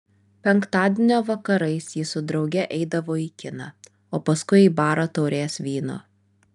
penktadienio vakarais ji su drauge eidavo į kiną o paskui į barą taurės vyno